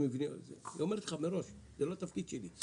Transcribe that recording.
היא אומרת לך מראש, זה לא התפקיד שלי.